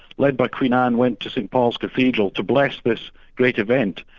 led by queen anne went to st paul's cathedral to bless this great event.